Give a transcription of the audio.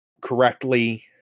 correctly